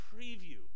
preview